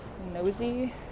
nosy